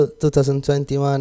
2021